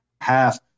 half